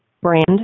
brand